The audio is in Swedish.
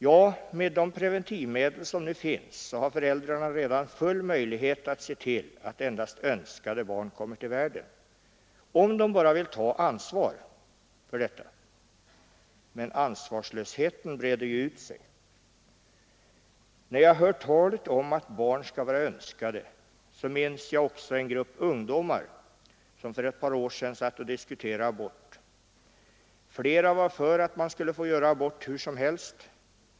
Ja, med de preventivmedel som nu finns har föräldrarna redan full möjlighet att se till att endast önskade barn kommer till världen — om de bara vill ta ansvar för detta. Men ansvarslösheten breder ut sig. När jag hör talet om att barn skall vara önskade, minns jag en grupp ungdomar som för ett par år sedan satt och diskuterade abort. Flera var för att man skulle få göra abort hur som helst.